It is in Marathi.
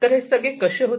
तर हे सगळं कसे होते